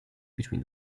between